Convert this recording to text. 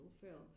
fulfill